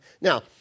Now